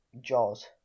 Jaws